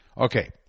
Okay